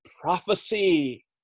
prophecy